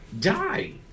die